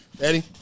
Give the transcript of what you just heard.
Eddie